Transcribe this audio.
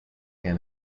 can